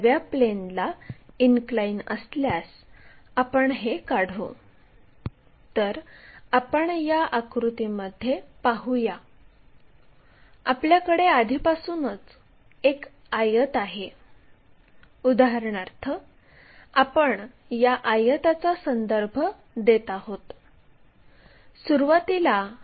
तर c d ही top व्ह्यूची लाईन आहे आणि c d1 जोडावे तर ही खऱ्या लाईनची लांबी आहे